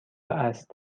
است